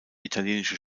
italienische